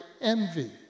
envy